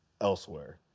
elsewhere